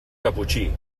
caputxí